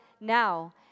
now